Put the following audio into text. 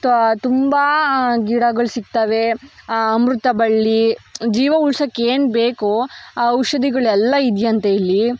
ತೊ ತುಂಬ ಗಿಡಗಳು ಸಿಕ್ತಾವೆ ಅಮೃತ ಬಳ್ಳಿ ಜೀವ ಉಳ್ಸೋಕೆ ಏನು ಬೇಕೋ ಆ ಔಷಧಿಗಳೆಲ್ಲ ಇದೆಯಂತೆ ಇಲ್ಲಿ